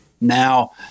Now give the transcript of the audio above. Now